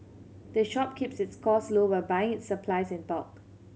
the shop keeps its costs low by buying its supplies in bulk